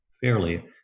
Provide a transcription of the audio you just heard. fairly